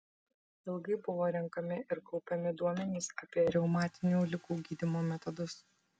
ilgai buvo renkami ir kaupiami duomenys apie reumatinių ligų gydymo metodus